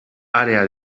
àrea